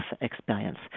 experience